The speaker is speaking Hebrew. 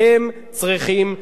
והם צריכים סיוע.